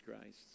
Christ